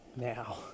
now